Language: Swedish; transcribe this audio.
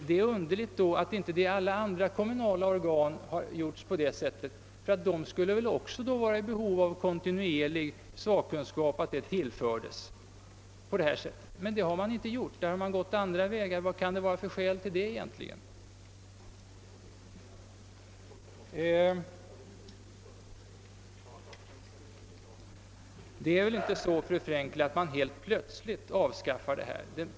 Då är det underligt att det inte beträffande alla andra kommunala organ har gjorts på motsvarande sätt. De skulle väl då också vara i behov av att tillföras kontinuerlig sakkunskap, men det har man inte gjort. Där har man gått andra vägar. Vad kan det egentligen finnas för skäl till det? Det är inte så, fru Frenkel, att man helt plötsligt föreslår att fackrepresentationen skall avskaffas.